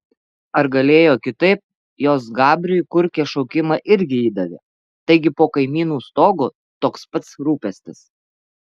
ar galėjo kitaip jos gabriui kurkė šaukimą irgi įdavė taigi po kaimynų stogu toks pat rūpestis